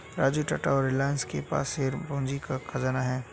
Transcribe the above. राजू टाटा और रिलायंस के पास शेयर पूंजी का खजाना है